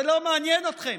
זה לא מעניין אתכם.